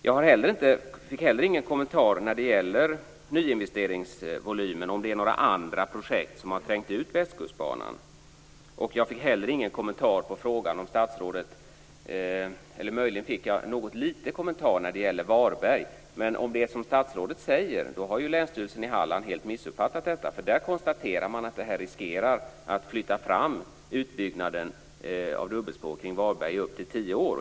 Jag har heller inte fått någon kommentar om nyinvesteringsvolymen. Finns det några andra projekt som har trängt ut Västkustbanan? Inte heller fick jag någon kommentar - eller möjligen bara en liten - till frågan om Varberg. Om det är som statsrådet säger har ju Länsstyrelsen i Halland helt missuppfattat detta. Där konstaterar man nämligen att detta riskerar att flytta fram utbyggnaden av dubbelspår kring Varberg i upp till tio år.